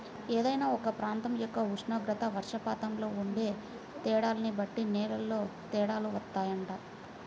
ఏదైనా ఒక ప్రాంతం యొక్క ఉష్ణోగ్రత, వర్షపాతంలో ఉండే తేడాల్ని బట్టి నేలల్లో తేడాలు వత్తాయంట